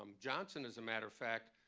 um johnson, as a matter of fact,